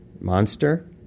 Monster